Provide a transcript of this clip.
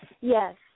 Yes